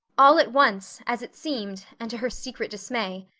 all at once, as it seemed, and to her secret dismay,